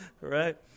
right